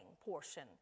portion